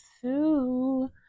two